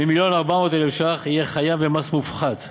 ממיליון ו-400,000 ש"ח, יהיה חייב במס מופחת.